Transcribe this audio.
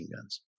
guns